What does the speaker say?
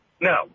No